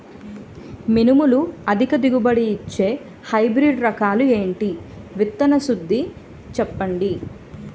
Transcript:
మినుములు అధిక దిగుబడి ఇచ్చే హైబ్రిడ్ రకాలు ఏంటి? విత్తన శుద్ధి చెప్పండి?